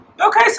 Okay